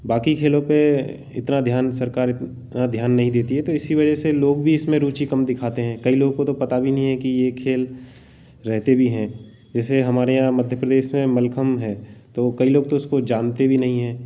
बाकी खेलों पर इतना ध्यान सरकार ध्यान नहीं देती है तो इसी वजह से लोग भी इसमें रुचि कम दिखाते हैं कई लोगों को तो पता भी नहीं है यह खेल रहते भी हैं जैसे हमारे यहाँ मध्य प्रदेश में मलखम है तो कई लोग तो उसको जानते भी नहीं हैं